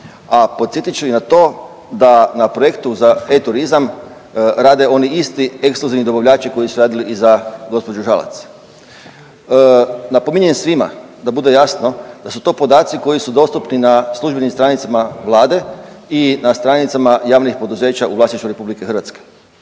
a podsjetit ću i na to da na projektu za e-turizam rade oni isti ekskluzivni dobavljači koji su radili i za gospođu Žalac. Napominjem svima da bude jasno da su to podaci koji su dostupni na službenim stranicama Vlade i na stranicama javnih poduzeća u vlasništvu RH. Pitanje